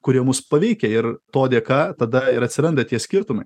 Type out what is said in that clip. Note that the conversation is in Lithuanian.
kurie mus paveikia ir to dėka tada ir atsiranda tie skirtumai